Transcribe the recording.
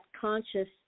conscious